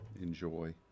enjoy